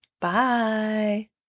Bye